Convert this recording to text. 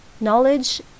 Knowledge